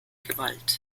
gewalt